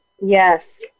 Yes